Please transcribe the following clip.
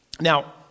Now